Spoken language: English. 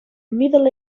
middle